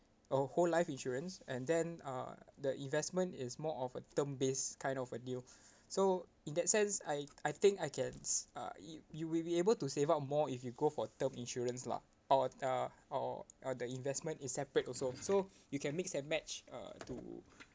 a whole life insurance and then uh the investment is more of a term based kind of a deal so in that sense I I think I cans uh you you will be able to save up more if you go for term insurance lah or uh or or the investment is separate also so you can mix and match uh to